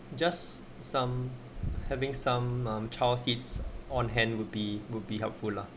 just some having some child seats on hand would be would be helpful lah